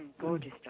Gorgeous